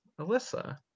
Alyssa